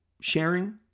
sharing